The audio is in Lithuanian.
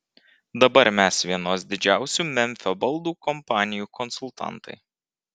dabar mes vienos didžiausių memfio baldų kompanijų konsultantai